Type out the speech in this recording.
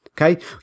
okay